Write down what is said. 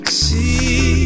see